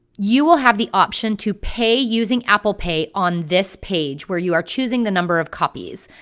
you will have the option to pay using apple pay on this page, where you are choosing the number of copies.